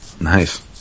Nice